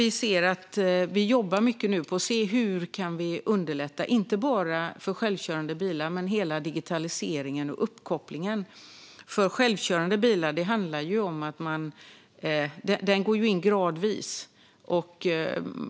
Vi jobbar nu mycket med att se hur vi kan underlätta inte bara för självkörande bilar utan för hela digitaliseringen och uppkopplingen. Självkörande bilar går ju in gradvis.